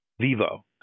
vivo